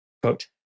Quote